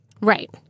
right